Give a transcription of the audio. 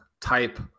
type